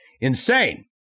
insane